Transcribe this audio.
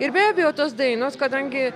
ir be abejo tos dainos kadangi